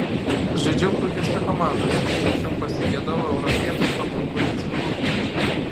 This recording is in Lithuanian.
žaidžiau puikiose komandose tačiau pasigedau europietiško konkurencingumo